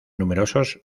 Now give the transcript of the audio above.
numerosos